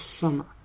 summer